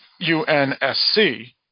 unsc